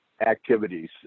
activities